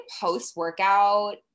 post-workout